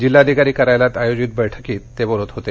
जिल्हाधिकारी कार्यालयात आयोजित बैठकीत ते बोलत होते